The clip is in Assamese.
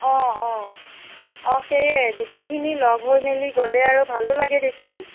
অঁ অঁ অঁ সেয়ে গোটেইখিনি লগ হৈ মেলি গ'লে আৰু ভালো লাগে দেচোন